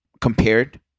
compared